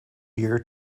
year